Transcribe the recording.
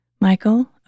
Michael